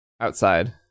outside